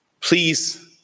please